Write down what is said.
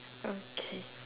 okay